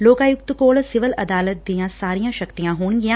ਲੋਕ ਆਯੁਕਤ ਕੋਲ ਸਿਵਲ ਅਦਾਲਤ ਦੀਆਂ ਸਾਰੀਆਂ ਸ਼ਕਤੀਆਂ ਹੋਣਗੀਆਂ